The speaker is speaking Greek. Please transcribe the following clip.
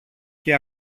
και